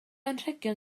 anrhegion